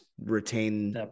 retain